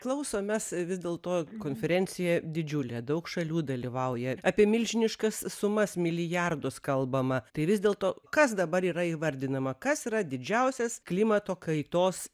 klausomės vis dėlto konferencijoje didžiulė daug šalių dalyvauja apie milžiniškas sumas milijardus kalbama tai vis dėlto kas dabar yra įvardinama kas yra didžiausias klimato kaitos